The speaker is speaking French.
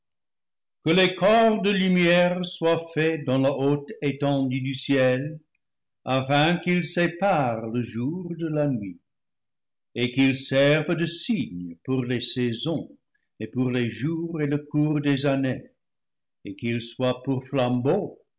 que des corps de lumière soient faits dans la haute éten due du ciel afin qu'ils séparent le jour de la nuit et qu'ils servent de signes pour les saisons et pour les jours et le cours des années et qu'ils soient pour flambeaux